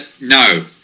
no